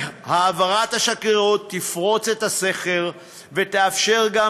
העברת השגרירות תפרוץ את הסכר ותאפשר גם